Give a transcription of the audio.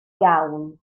iawn